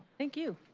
thank you.